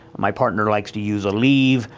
my partner likes to use aleve,